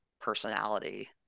personality